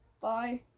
Bye